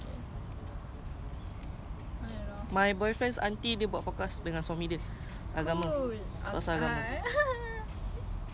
normal one lah